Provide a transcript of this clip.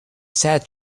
said